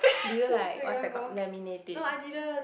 do you like what's that called laminate it